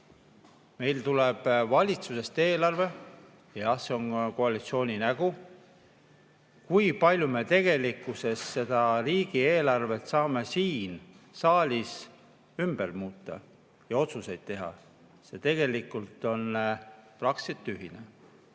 Meil tuleb valitsusest eelarve, jah, see on koalitsiooni nägu. Kui palju me tegelikkuses seda riigieelarvet saame siin saalis ümber muuta ja otsuseid teha? See tegelikult on praktiliselt tühine.